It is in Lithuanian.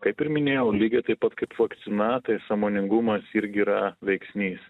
kaip ir minėjau lygiai taip pat kaip vakcina tai sąmoningumas irgi yra veiksnys